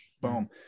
Boom